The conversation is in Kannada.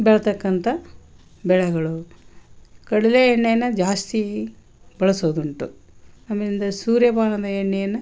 ಬೆಳಿತಕ್ಕಂಥ ಬೆಳೆಗಳು ಕಡಲೆ ಎಣ್ಣೇನ ಜಾಸ್ತಿ ಬಳಸೋದುಂಟು ಆಮೇಲಿಂದ ಸುರೇಪಾನದ ಎಣ್ಣೆಯನ್ನು